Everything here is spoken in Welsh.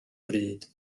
bryd